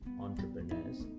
Entrepreneurs